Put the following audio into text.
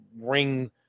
ring